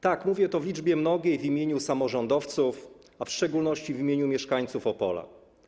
Tak, mówię w liczbie mnogiej - w imieniu samorządowców, a w szczególności w imieniu mieszkańców Opola.